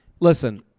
Listen